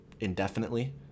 indefinitely